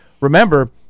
Remember